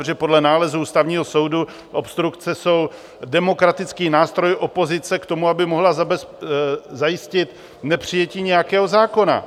Protože podle nálezu Ústavního soudu obstrukce jsou demokratický nástroj opozice k tomu, aby mohla zajistit nepřijetí nějakého zákona.